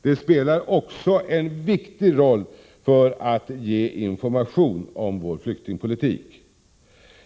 De spelar också en viktig roll för att ge information om vår flyktingpolitik.